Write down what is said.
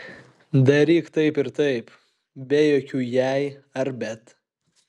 daryk taip ir taip be jokių jei ar bet